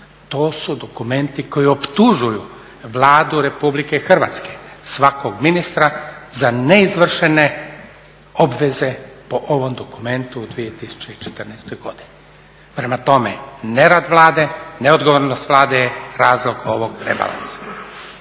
To su dokumenti koji optužuju Vladu Republike Hrvatske, svakog ministra za neizvršene obveze po ovom dokumentu u 2014. godini. Prema tome, nerad Vlade, neodgovornost Vlade je razlog ovog rebalansa.